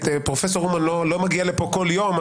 פרופ' אומן לא מגיע לפה כל יום.